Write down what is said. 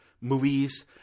movies